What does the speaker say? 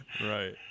right